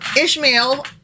Ishmael